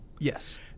Yes